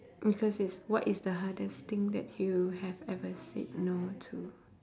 because it's what is the hardest thing that you have ever said no to